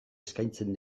eskaintzen